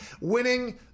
winning